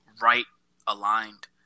right-aligned